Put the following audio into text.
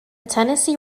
tennessee